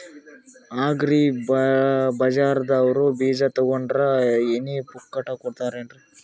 Agri ಬಜಾರದವ್ರು ಬೀಜ ತೊಗೊಂಡ್ರ ಎಣ್ಣಿ ಪುಕ್ಕಟ ಕೋಡತಾರೆನ್ರಿ?